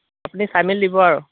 আপুনি চাই মেলি দিব আৰু